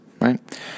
right